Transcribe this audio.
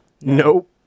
Nope